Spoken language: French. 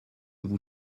vous